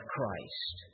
Christ